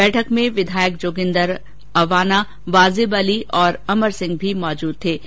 बैठक में विधायक जोगिंदर अवाना वाजिब अली और ॅअमर सिंह भी मौजूद थे ै